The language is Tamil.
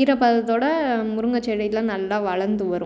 ஈர பதத்தோடு முருங்கை செடியெலாம் நல்லா வளர்ந்து வரும்